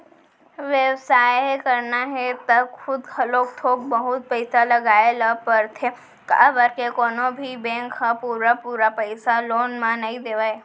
बेवसाय करना हे त खुद घलोक थोक बहुत पइसा लगाए ल परथे काबर के कोनो भी बेंक ह पुरा पुरा पइसा लोन म नइ देवय